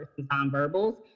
nonverbals